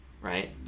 right